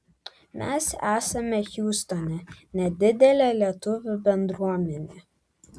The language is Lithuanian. mes esame hjustone nedidelė lietuvių bendruomenė